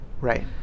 Right